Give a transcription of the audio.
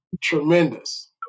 tremendous